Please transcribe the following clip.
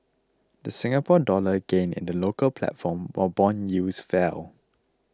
the Singapore Dollar gained in the local platform while bond yields fell